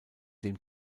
dem